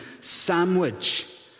sandwich